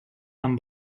amb